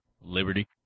Liberty